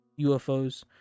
UFOs